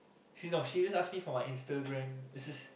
she's no she just ask me for my Instagram this is